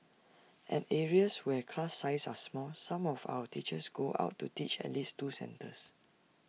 at areas where class sizes are small some of our teachers go out to teach at least two centres